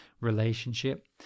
relationship